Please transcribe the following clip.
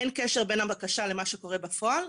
אין קשר בין הבקשה לבין מה שקורה בפועל.